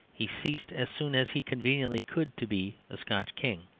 he ceased as soon as he conveniently could to be a scotch king.